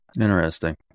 Interesting